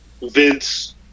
vince